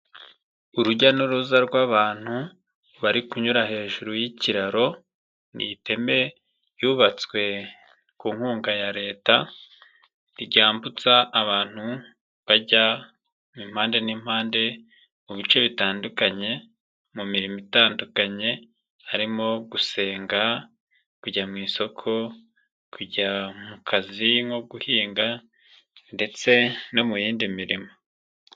Urujya n'uruza rw'abantu bari kunyura hejuru y'ikiraro ni iteme ryubatswe ku nkunga ya leta ryambutsa abantu bajya mu mi mpande n'impande mu bice bitandukanye mu mirimo itandukanye harimo gusenga, kujya mu isoko, kujya mu kazi nko guhinga ndetse no mu y'indi mirimo